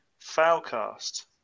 Foulcast